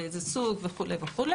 איזה סוג וכו',